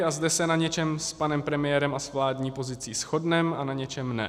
A zde se na něčem s panem premiérem a s vládní pozicí shodneme a na něčem ne.